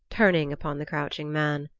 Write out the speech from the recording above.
turning upon the crouching man.